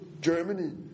Germany